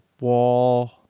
wall